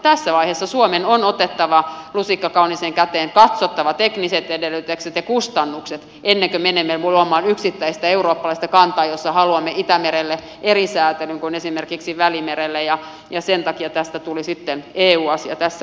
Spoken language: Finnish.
tässä vaiheessa suomen on otettava lusikka kauniiseen käteen katsottava tekniset edellytykset ja kustannukset ennen kuin menemme luomaan yksittäistä eurooppalaista kantaa jossa haluamme itämerelle eri säätelyn kuin esimerkiksi välimerelle ja sen takia tästä tuli sitten eu asia tässä vaiheessa